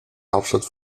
hauptstadt